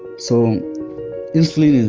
so insulin,